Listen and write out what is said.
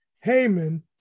Haman